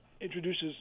introduces